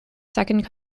second